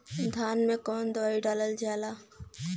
धान मे कवन दवाई डालल जाए?